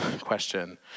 Question